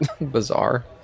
bizarre